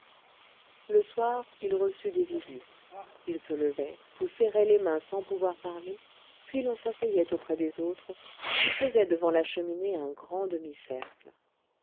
le soir il reçut des visites il se levait vous serrait les mains sans pouvoir parler puis l'on s'asseyait auprès des autres qui faisaient devant la cheminée un grand demi-cercle